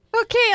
Okay